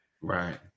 Right